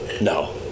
No